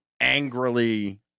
angrily